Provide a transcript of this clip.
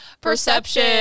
Perception